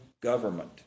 government